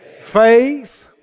faith